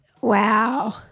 wow